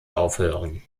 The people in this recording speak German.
aufhören